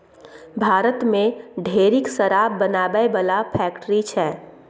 भारत मे ढेरिक शराब बनाबै बला फैक्ट्री छै